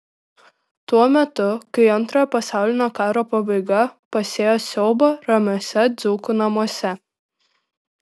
tuo metu kai antrojo pasaulinio karo pabaiga pasėjo siaubą ramiuose dzūkų namuose